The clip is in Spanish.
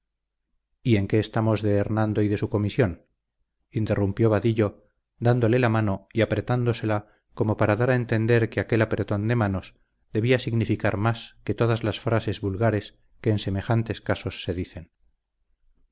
y en qué estamos de hernando y de su comisión interrumpió vadillo dándole la mano y apretándosela como para dar a entender que aquel apretón de manos debía significar más que todas las frases vulgares que en semejantes casos se dicen